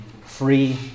free